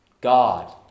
God